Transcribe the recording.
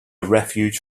refuge